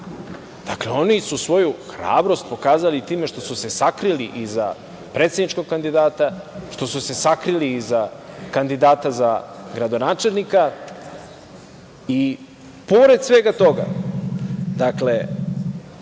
opcijama. Oni su svoju hrabrost pokazali time što su se sakrili iza predsedničkog kandidata, što su sakrili iza kandidata za gradonačelnika i pored svega toga kažu